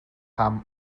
pan